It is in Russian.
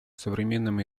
современном